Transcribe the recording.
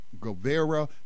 Guevara